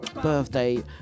Birthday